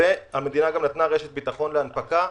והמדינה גם נתנה רשת ביטחון להנפקה.